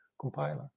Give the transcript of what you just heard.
compiler